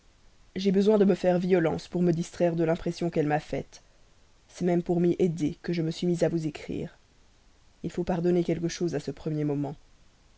j'ai besoin de me faire violence pour me distraire de l'impression qu'elle m'a faite c'est même pour m'y aider que je me suis mis à vous écrire il faut pardonner quelque chose à ce premier moment